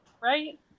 Right